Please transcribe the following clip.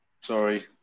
Sorry